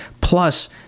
Plus